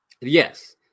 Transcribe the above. Yes